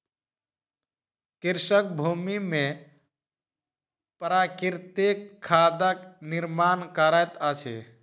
कृषक भूमि में प्राकृतिक खादक निर्माण करैत अछि